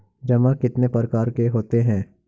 जमा कितने प्रकार के होते हैं?